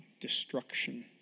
destruction